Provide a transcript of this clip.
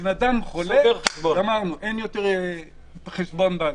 בן אדם חולה, גמרנו, אין יותר חשבון בנק.